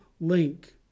link